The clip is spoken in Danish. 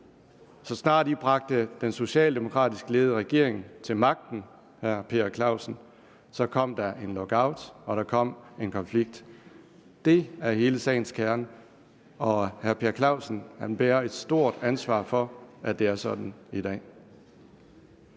så snart man bragte den socialdemokratisk ledede regering til magten, vil jeg sige til hr. Per Clausen, kom der en lockout, og der kom en konflikt. Det er hele sagens kerne, og hr. Per Clausen bærer et stort ansvar for, at det er sådan i dag.